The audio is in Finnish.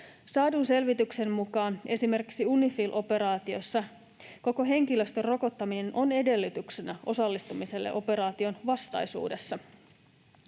Saadun selvityksen mukaan esimerkiksi UNIFIL-operaatiossa koko henkilöstön rokottaminen on edellytyksenä osallistumiselle operaatioon vastaisuudessa.